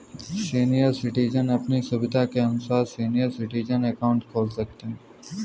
senior citizen अपनी सुविधा के अनुसार सीनियर सिटीजन अकाउंट खोल सकते है